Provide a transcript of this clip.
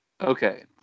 Okay